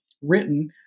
written